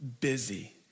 busy